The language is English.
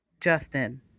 Justin